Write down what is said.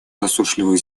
засушливых